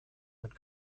mit